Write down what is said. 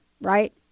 right